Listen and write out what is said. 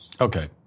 Okay